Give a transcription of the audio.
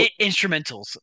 Instrumentals